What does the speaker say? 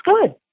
good